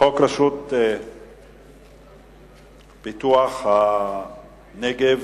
הרשות לפיתוח הנגב